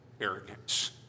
arrogance